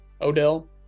Odell